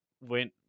went